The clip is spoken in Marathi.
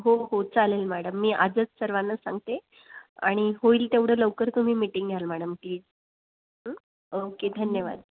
हो हो चालेल मॅडम मी आजच सर्वांना सांगते आणि होईल तेवढं लवकर तुम्ही मिटिंग घ्याल मॅडम प्लिज ओके धन्यवाद